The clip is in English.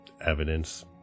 evidence